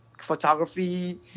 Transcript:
photography